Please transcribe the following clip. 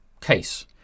case